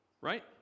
Right